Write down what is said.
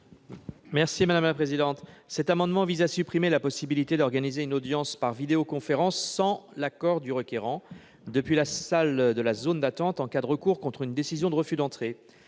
M. Didier Marie. Cet amendement vise à supprimer la possibilité d'organiser une audience par vidéoconférence sans l'accord du requérant depuis la salle de la zone d'attente en cas de recours contre une décision de refus d'entrée.